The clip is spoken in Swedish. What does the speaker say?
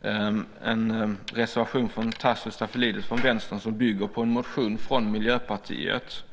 Det är en reservation från Tasso Stafilidis från Vänstern som bygger på en motion från Miljöpartiet.